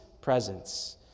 presence